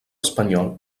espanyol